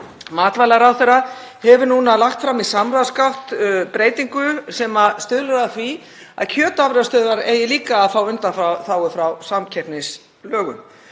matvælaráðherra hefur núna lagt fram í samráðsgátt breytingu sem stuðlar að því að kjötafurðastöðvar eigi líka að fá undanþágu frá samkeppnislögum.